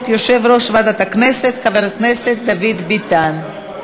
יושב-ראש ועדת הכנסת חבר הכנסת דוד ביטן.